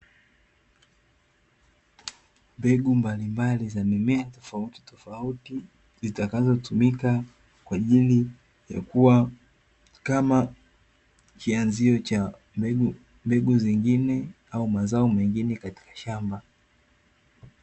Mbegu mabalimbali za mimea tofauti tofauti zitakazotumika kwa ajili ya kuwa kama kianzio cha mbegu zingine au mazao mengine katika shamba.